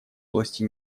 области